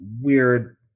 weird